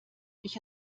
ich